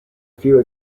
few